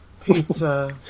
Pizza